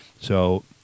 So-